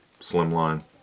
Slimline